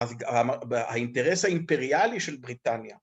האינטרס האימפריאלי של בריטניה.